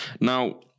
Now